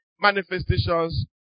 manifestations